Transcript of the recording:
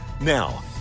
Now